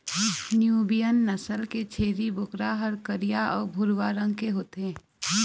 Nubian नसल के छेरी बोकरा ह करिया अउ भूरवा रंग के होथे